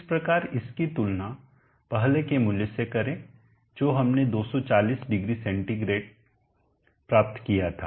इस प्रकार इसकी तुलना पहले के मूल्य से करें जो हमने 2400C सी से प्राप्त किया था